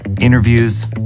interviews